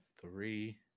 three